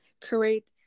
create